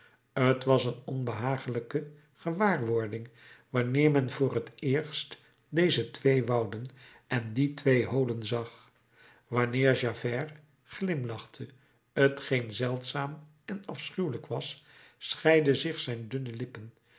t was een onbehaaglijke gewaarwording wanneer men voor het eerst deze twee wouden en die twee holen zag wanneer javert glimlachte t geen zeldzaam en afschuwelijk was scheidden zich zijn dunne lippen